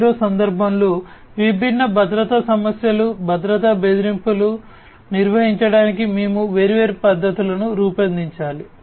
0 సందర్భంలో విభిన్న భద్రతా సమస్యలు భద్రతా బెదిరింపులను నిర్వహించడానికి మేము వేర్వేరు పద్ధతులను రూపొందించాలి